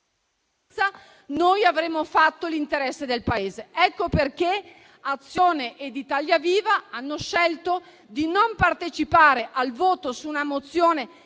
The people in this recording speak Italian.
...avremo fatto l'interesse del Paese. Ecco perché Azione-Italia Viva-RenewEurope ha scelto di non partecipare al voto su una mozione